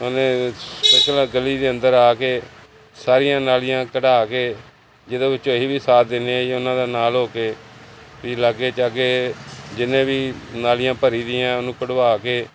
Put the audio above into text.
ਉਹਨੇ ਗਲੀ ਦੇ ਅੰਦਰ ਆ ਕੇ ਸਾਰੀਆਂ ਨਾਲੀਆਂ ਕਢਾ ਕੇ ਜਦੋਂ ਵਿੱਚ ਅਸੀਂ ਵੀ ਸਾਥ ਦਿੰਦੇ ਆ ਜੀ ਉਹਨਾਂ ਦਾ ਨਾਲ ਹੋ ਕੇ ਵੀ ਲਾਗੇ ਚਾਗੇ ਜਿੰਨੇ ਵੀ ਨਾਲੀਆਂ ਭਰੀ ਦੀਆਂ ਉਹਨੂੰ ਕਢਵਾ ਕੇ